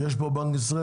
יש פה נציג מבנק ישראל?